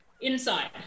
inside